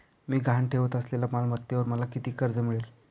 मी गहाण ठेवत असलेल्या मालमत्तेवर मला किती कर्ज मिळेल?